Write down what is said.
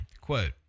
Quote